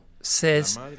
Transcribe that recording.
says